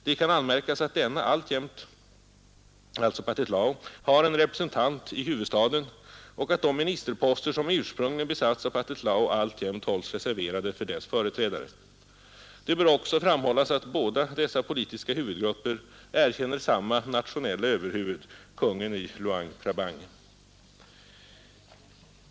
Det kan anmärkas att Pathet Lao alltjämt har en representant i huvudstaden och att de ministerposter som ursprungligen besatts av Pathet Lao alltjämt hålles reserverade för dess företrädare. Det bör också framhållas att båda dessa politiska huvudgrupper erkänner samma nationella överhuvud, kungen i Luang Prabang.